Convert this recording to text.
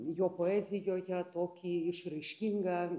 jo poezijoje tokį išraiškingą